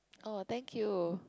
oh thank you